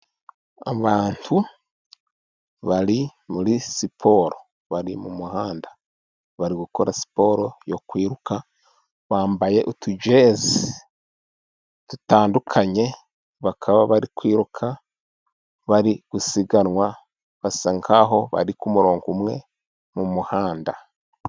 Abantu bari muri siporo bari mu muhanda bari gukora siporo yo kwiruka bambaye utujeze dutandukanye, bakaba bari kwiruka bari gusiganwa basa nkaho bari ku murongo umwe mu muhanda.